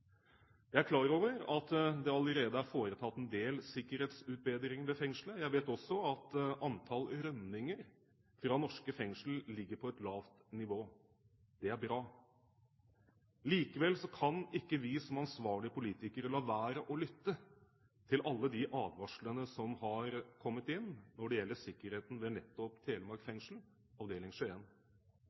Jeg er klar over at det allerede er foretatt en del sikkerhetsutbedringer ved fengselet. Jeg vet også at antall rømninger fra norske fengsler ligger på et lavt nivå. Det er bra. Likevel kan ikke vi som ansvarlige politikere la være å lytte til alle de advarslene som har kommet inn når det gjelder sikkerheten ved nettopp Telemark fengsel, Skien avdeling.